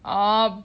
um